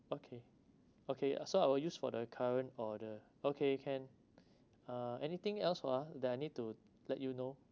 okay okay ya so I will use for the current order okay can uh anything else ah that I need to let you know